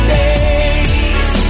days